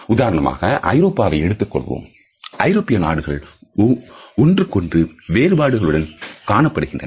உதாரணமாக ஐரோப்பாவை எடுத்துக் கொள்வோம் ஐரோப்பிய நாடுகள் ஒன்றுக்கொன்று வேறுபாடுகளுடன் காணப்படுகின்றன